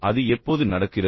அது எப்போது நடக்கிறது